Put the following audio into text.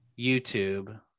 youtube